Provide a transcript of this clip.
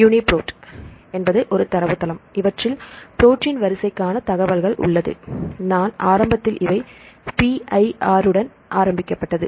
UniProt என்பது ஒரு தரவுத்தளம் இவற்றில் புரோட்டின் வரிசைக்கான தகவல்கள் உள்ளது நான் ஆரம்பத்தில் இவை பி ஐ ஆர் உடன் ஆரம்பிக்கப்பட்டது